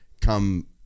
come